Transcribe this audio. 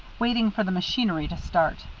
waiting for the machinery to start,